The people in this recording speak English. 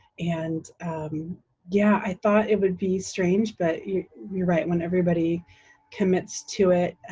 and yeah, i thought it would be strange but you're right, when everybody commits to it,